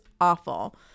awful